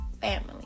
family